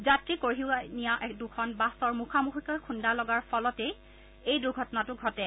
যাত্ৰী কঢ়িয়াই নিয়া দুখন বাছৰ মুখামুখিকৈ খুন্দা লগাৰ ফলতেই এই দুৰ্ঘটনাটো ঘটে